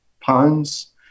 Pounds